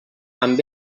amb